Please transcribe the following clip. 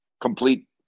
complete